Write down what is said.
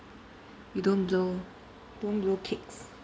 we don't blow don't blow cakes